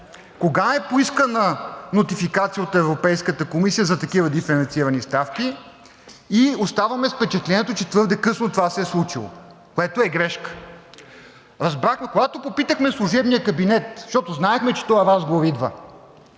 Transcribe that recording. кога е поискана нотификация от Европейската комисия за такива диференцирани ставки и оставаме с впечатлението, че твърде късно това се е случило, което е грешка. Когато попитахме служебния кабинет – защото знаехме, че този разговор идва: